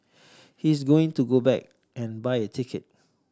he's going to go back and buy a ticket